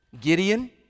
Gideon